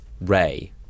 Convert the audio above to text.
Ray